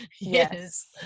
yes